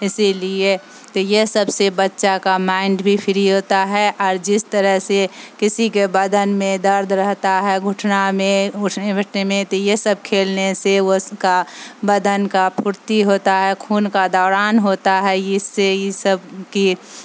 اسی لیے یہ سب سے بچہ کا مائنڈ بھی فری ہوتا ہے اور جس طرح سے کسی کے بدن میں درد رہتا ہے گھٹنا میں اٹھنے بیٹھنے میں تو یہ سب کھیلنے سے اس کا بدن کا پھرتی ہوتا ہے خون کا دوران ہوتا ہے اس سے یہ سب کی